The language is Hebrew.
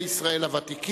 אזרחי ישראל הוותיקים.